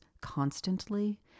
constantly